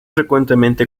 frecuentemente